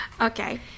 Okay